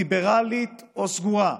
ליברלית או סגורה.